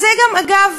אגב,